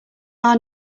our